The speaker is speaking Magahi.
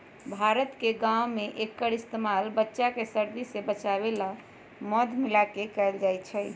भारत के गाँव में एक्कर इस्तेमाल बच्चा के सर्दी से बचावे ला मध मिलाके कएल जाई छई